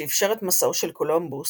שאיפשר את מסעו של קולומבוס,